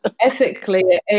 ethically